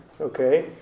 okay